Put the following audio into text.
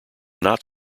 not